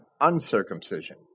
uncircumcision